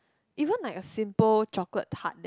even like a simple chocolate tart